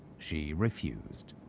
she refused.